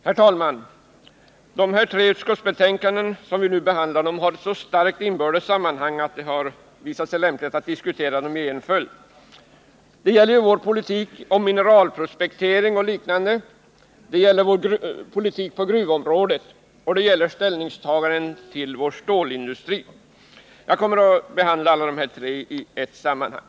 Herr talman! De tre utskottsbetänkanden som vi nu skall behandla har ett så starkt inbördes sammanhang att det har visat sig lämpligt att diskutera dem i en följd. Det gäller vår politik beträffande mineralprospektering och liknande, vår politik på gruvonirådet och ställningstaganden till vår stålindustri. Jag kommer att behandla de tre betänkandena i ett sammanhang.